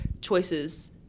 choices